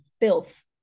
filth